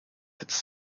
its